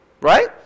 Right